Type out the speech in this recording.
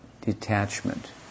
detachment